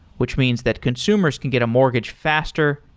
which means that consumers can get a mortgage faster,